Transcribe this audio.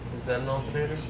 is that an alternator?